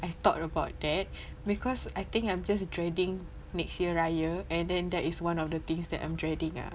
I thought about that because I think I'm just dreading next year raya and then that is one of the things that I'm dreading ah